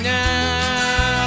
now